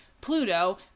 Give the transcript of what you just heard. Pluto